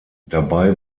dabei